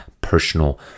personal